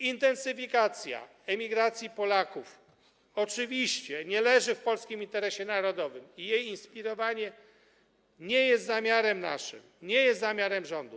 Intensyfikacja emigracji Polaków oczywiście nie leży w polskim interesie narodowym i jej inspirowanie nie jest naszym zamiarem, nie jest zamiarem rządu.